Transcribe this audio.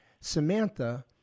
Samantha